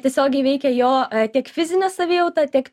tiesiogiai veikia jo tiek fizinę savijautą tiek